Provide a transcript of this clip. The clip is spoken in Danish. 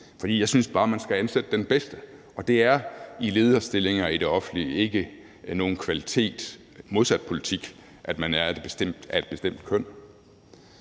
for jeg synes bare, man skal ansætte den bedste, og det er i lederstillinger i det offentlige ikke nogen kvalitet – modsat i politik – at man er af et bestemt køn.